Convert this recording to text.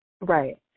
Right